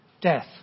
death